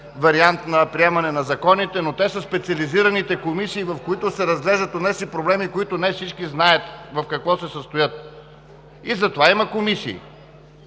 вариант на приемане на законите, но те са специализираните комисии, в които се разглеждат онези проблеми, които не всички знаят в какво се състоят – затова има комисии,